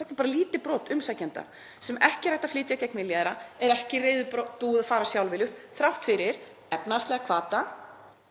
Þetta er bara lítið brot umsækjenda sem ekki er hægt að flytja gegn vilja þeirra, fólkið er ekki reiðubúið að fara sjálfviljugt þrátt fyrir efnahagslega hvata,